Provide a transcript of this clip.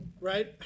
right